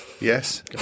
Yes